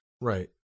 Right